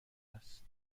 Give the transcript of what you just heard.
است